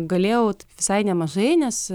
galėjau visai nemažai nes